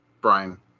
brian